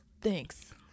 thanks